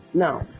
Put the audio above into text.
Now